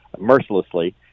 mercilessly